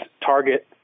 target